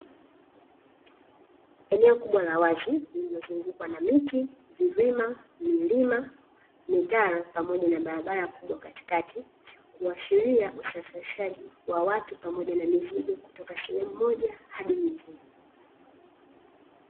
Eneo kubwa la wazi lilozungukwa na miti, vilima , milima, mitaro pamoja na barabara kubwa katikati kuhashiria usafirishaji wa watu pamoja na mizigo kutoka sehemu moja hadi nyingine .